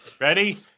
Ready